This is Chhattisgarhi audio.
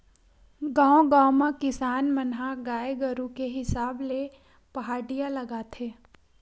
गाँव गाँव म किसान मन ह गाय गरु के हिसाब ले पहाटिया लगाथे